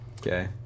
okay